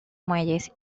muelles